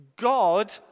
God